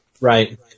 Right